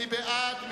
מי בעד?